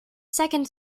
second